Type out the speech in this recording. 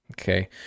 Okay